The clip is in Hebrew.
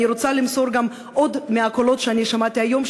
אני רוצה למסור עוד מהקולות שאני שמעתי היום,